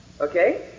Okay